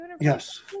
Yes